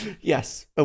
Yes